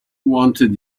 wanted